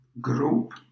group